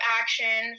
action